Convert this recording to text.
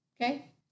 okay